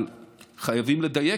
אבל חייבים לדייק.